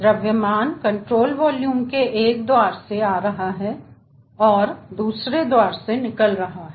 द्रव्यमान control volume के एक द्वार से आ रहा है और कंट्रोल वॉल्यूम के दूसरे द्वार से निकल रहा है